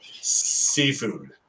Seafood